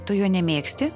tu jo nemėgsti